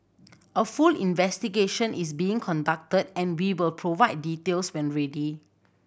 a full investigation is being conducted and we will provide details when ready